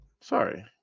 Sorry